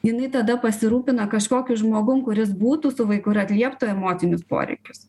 jinai tada pasirūpina kažkokiu žmogum kuris būtų su vaiku ir atlieptų emocinius poreikius